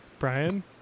Brian